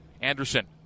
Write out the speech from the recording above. Anderson